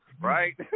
Right